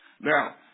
Now